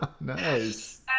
Nice